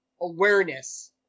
Awareness